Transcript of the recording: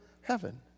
heaven